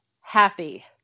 happy